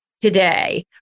today